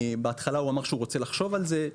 בהתחלה הוא אמר שהוא רוצה לחשוב על זה.